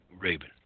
Raven